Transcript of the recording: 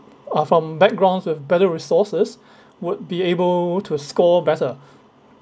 uh from backgrounds with better resources would be able to score better